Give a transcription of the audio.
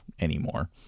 anymore